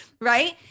right